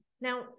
Now